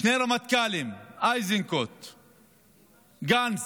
שני רמטכ"לים, איזנקוט וגנץ,